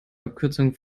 abkürzung